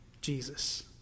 Jesus